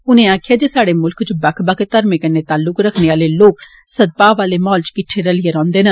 उनें आक्खेआ जे स्हाड़े मुल्खै च बक्ख बक्ख धर्मे कन्ने तालुक रक्खने आले लोग सद्भाव आले माहोल च किट्ठे रलिए रौंह्दे न